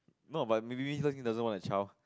no but maybe Le Xing doesn't want a child